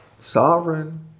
sovereign